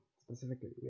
specifically